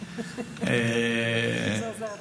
אם זה עוזר לך.